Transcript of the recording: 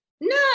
No